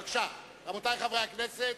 רבותי חברי הכנסת.